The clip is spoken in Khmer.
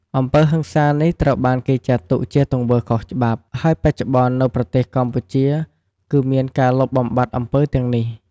អំពើហិង្សានេះត្រូវបានគេចាត់ទុកជាទង្វើខុសច្បាប់ ហើយបច្ចុប្បន្ននៅប្រទេសកម្ពុជាគឺមានការលុបបំបាត់អំពើទាំងនេះ។